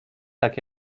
tak